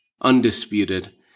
undisputed